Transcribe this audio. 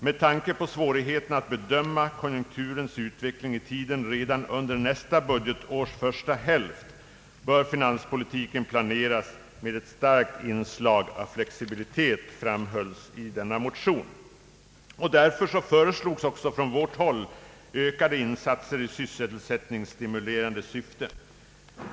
Med tanke på svårigheterna att bedöma konjunkturens utveckling i tiden redan under nästa budgetårs första hälft bör finanspolitiken planeras med ett starkt inslag av flexibilitet.» Därför föreslogs också från vårt håll ökade insatser i sysselsättningsstimulerande syfte.